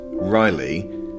Riley